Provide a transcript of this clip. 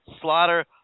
Slaughter